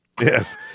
Yes